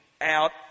out